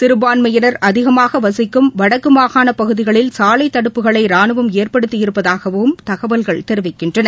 சிறபான்மையினர் அதிகமாக வசிக்கம் வடக்கு மாகாண பகுதிகளில் சாலை தடுப்புக்களை ராணுவம் ஏற்படுத்தி இருப்பதாகவும் தகவல்கள் தெரிவிக்கின்றன